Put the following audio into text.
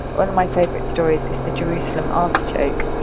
one of my favorite stories is the jerusalem artichoke.